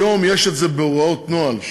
היום יש את זה בהוראות נוהל,